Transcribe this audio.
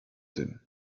tym